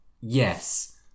Yes